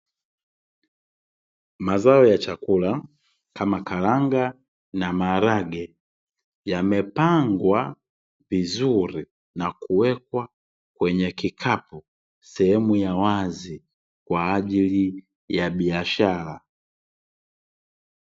Mazao ya chakula kama karanga na maharage yamepagwa vizuri, na kuwekwa kwenye kikapu sehemu ya wazi kwa ajili ya biashara.